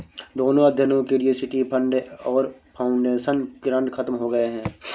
दोनों अध्ययनों के लिए सिटी फंड और फाउंडेशन ग्रांट खत्म हो गए हैं